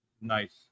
nice